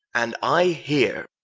and i heere,